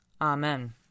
Amen